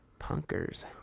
punkers